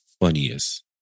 funniest